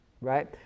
right